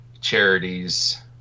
charities